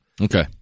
Okay